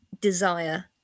desire